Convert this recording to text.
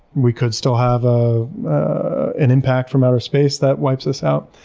we could still have ah an impact from outer space that wipes us out.